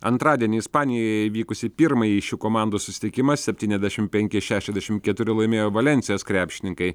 antradienį ispanijoje vykusį pirmąjį šių komandų susitikimą septyniasdešimt penki šešiasdešimt keturi laimėjo valensijos krepšininkai